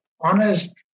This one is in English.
honest